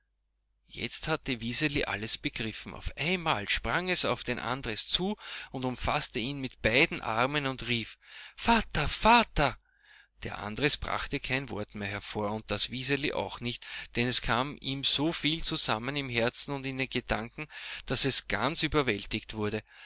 jetzt hatte wiseli alles begriffen auf einmal sprang es auf den andres zu und umfaßte ihn mit beiden armen und rief vater vater der andres brachte kein wort mehr hervor und das wiseli auch nicht denn es kam ihm so viel zusammen im herzen und in den gedanken daß es ganz überwältigt wurde